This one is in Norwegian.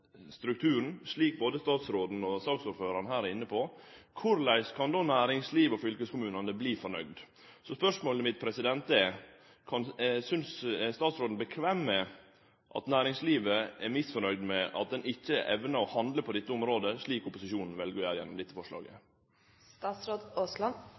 strukturen, slik både statsråden og saksordføraren her er inne på, korleis kan då næringslivet og fylkeskommunane verte fornøgde? Så spørsmålet mitt er: Er statsråden komfortabel med at næringslivet er misfornøgd med at ein ikkje evnar å handle på dette området, slik opposisjonen vel å gjere gjennom dette